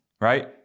right